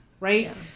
Right